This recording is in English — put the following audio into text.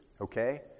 okay